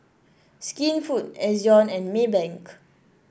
Skinfood Ezion and Maybank